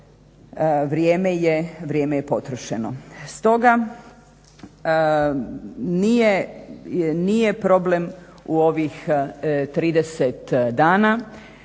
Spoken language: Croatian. vrijeme je potrošeno. Stoga nije problem u ovih 30 dana.